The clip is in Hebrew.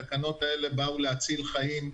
התקנות האלה באו להציל חיים.